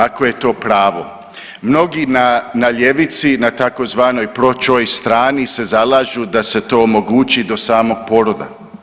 Ako je to pravo, mnogi na ljevici, na tzv. pro-choice strani se zalažu da se to omogući i to samog poroda.